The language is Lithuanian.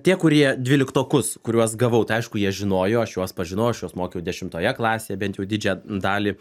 tie kurie dvyliktokus kuriuos gavau tai aišku jie žinojo aš juos pažinojau aš juos mokiau dešimtoje klasėje bent jau didžiąją dalį